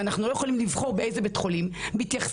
ולא יכולים לבחור באיזה בית חולים להיות,